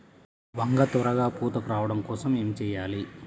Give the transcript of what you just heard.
వంగ త్వరగా పూత రావడం కోసం ఏమి చెయ్యాలి?